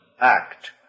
act